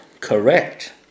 Correct